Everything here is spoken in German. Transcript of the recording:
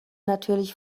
natürlich